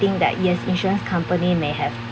think that yes insurance company may have